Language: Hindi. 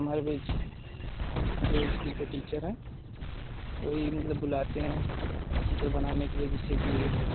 हमारे बीच जो स्कूल के टीचर हैं वही मतलब बुलाते हैं चित्र बनाने के लिए जैसे कि